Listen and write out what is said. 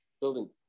building